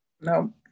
No